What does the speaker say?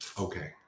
Okay